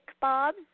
Bob